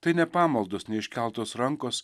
tai ne pamaldos ne iškeltos rankos